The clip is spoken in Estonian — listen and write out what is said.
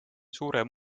suure